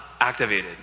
activated